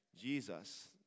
Jesus